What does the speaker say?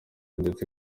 ndetse